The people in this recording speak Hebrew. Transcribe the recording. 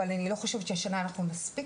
אבל אני לא חושבת שהשנה אנחנו נספיק